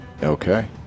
Okay